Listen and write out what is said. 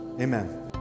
Amen